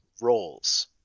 roles